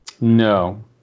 no